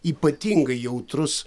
ypatingai jautrus